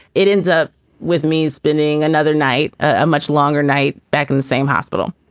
it ends up with me spinning another night, a much longer night. back in the same hospital,